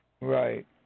Right